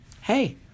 Hey